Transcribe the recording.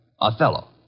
Othello